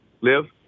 Live